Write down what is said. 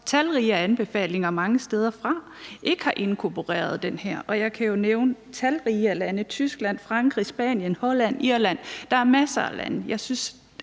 talrige anbefalinger mange steder fra ikke har inkorporeret det her. Og jeg kunne jo nævne talrige lande, Tyskland, Frankrig, Spanien, Holland, Irland – der er masser af lande.